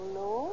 no